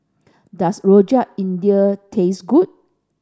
does Rojak India taste good